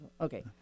Okay